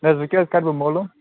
نہٕ حظ وُنہِ کتہِ کَر بہٕ مولوٗم